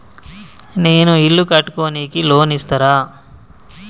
నేను ఇల్లు కట్టుకోనికి లోన్ ఇస్తరా?